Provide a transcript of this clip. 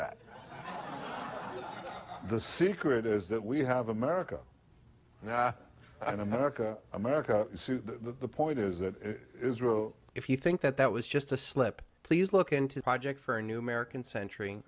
that the secret is that we have america and america america to the point is that if you think that that was just a slip please look into project for a new american century